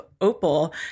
opal